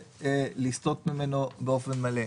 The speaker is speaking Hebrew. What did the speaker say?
ולסטות ממנו באופן מלא,